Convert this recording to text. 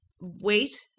wait